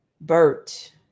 Bert